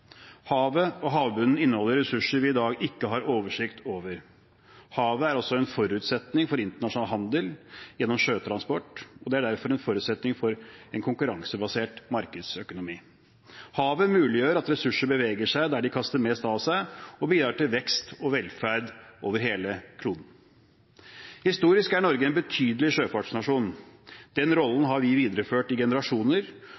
Havet og havbunnen inneholder ressurser vi i dag ikke har oversikt over. Havet er også en forutsetning for internasjonal handel gjennom sjøtransport, og det er derfor en forutsetning for en konkurransebasert markedsøkonomi. Havet muliggjør at ressurser beveger seg der de kaster mest av seg, og bidrar til vekst og velferd over hele kloden. Historisk er Norge en betydelig sjøfartsnasjon. Den